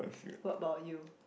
what about you